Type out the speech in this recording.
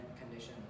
conditions